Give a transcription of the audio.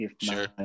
sure